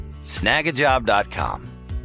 Snagajob.com